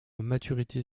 maturité